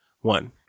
one